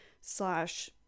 slash